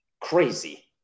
crazy